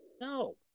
No